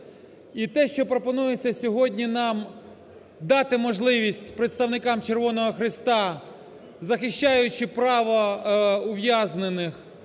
І те, що пропонується сьогодні нам дати можливість представникам Червоного Хреста, захищаючи право ув'язнених,